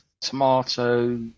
tomato